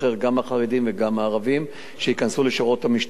שגם החרדים וגם הערבים ייכנסו לשורות המשטרה,